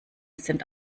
sind